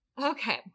Okay